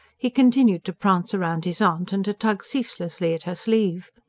he continued to prance round his aunt and to tug ceaselessly at her sleeve.